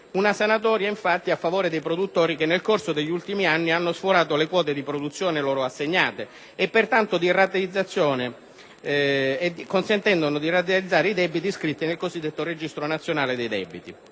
una sanatoria a favore dei produttori che nel corso degli ultimi anni hanno sforato le quote di produzione loro assegnate consentendo di rateizzare i debiti iscritti nel Registro nazionale dei debiti